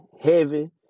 heavy